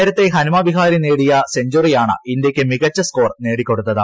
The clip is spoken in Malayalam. നേരത്തേ ഹനുമാ വിഹാരി നേടിയ സെഞ്ചറിയാണ് ഇന്ത്യയ്ക്ക് മികച്ച സ്കോർ നേടിക്കൊടുത്തത്